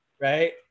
right